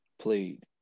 Played